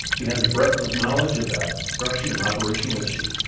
she has a breadth of knowledge about production and operational issues.